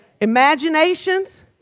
imaginations